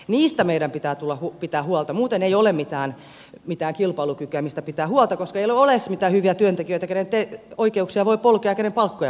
niistä meidän pitää pitää huolta muuten ei ole mitään kilpailukykyä mistä pitää huolta koska ei ole mitään hyviä työntekijöitä kenen oikeuksia voi polkea ja kenen palkkoja voi laskea